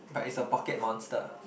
but it's a pocket monster